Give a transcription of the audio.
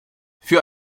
für